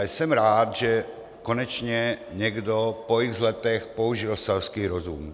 Jsem rád, že konečně někdo po x letech použil selský rozum.